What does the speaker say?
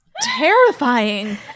terrifying